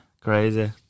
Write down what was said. crazy